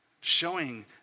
Showing